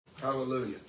Hallelujah